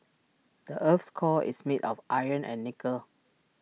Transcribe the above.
the Earth's core is made of iron and nickel